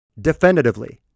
definitively